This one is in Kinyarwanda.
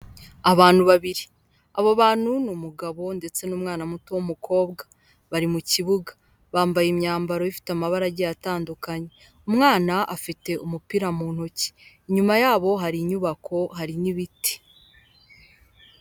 Abantu babiri, abo bantu ni umugabo ndetse n'umwana muto w'umukobwa, bari mu kibuga, bambaye imyambaro ifite amabara agiye atandukanye, umwana afite umupira mu ntoki, inyuma yabo hari inyubako, hari n'ibiti.